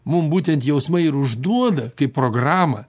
mum būtent jausmai ir užduoda kaip programą